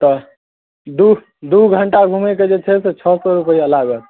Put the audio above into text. तऽ दुइ दुइ घण्टा घुमैके जे छै से छओ सओ रुपैआ लागत